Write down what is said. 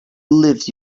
lived